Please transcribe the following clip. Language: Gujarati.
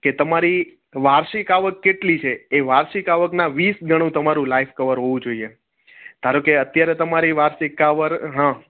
કે તમારી વાર્ષિક આવક કેટલી છે એ વાર્ષિક આવકનાં વીસ ગણું તમારું લાઇક કવર હોવું જોઈએ ધારો કે અત્યારે તમારી વાર્ષિક આવર હં